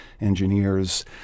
engineers